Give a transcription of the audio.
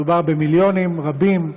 מדובר במיליונים רבים,